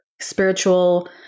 spiritual